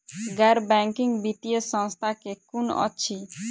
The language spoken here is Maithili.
गैर बैंकिंग वित्तीय संस्था केँ कुन अछि?